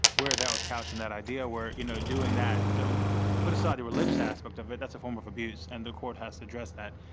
where that was couched in that idea where, you know doing that, put aside the religious aspect of it, that's a form of abuse, and the court has to address that.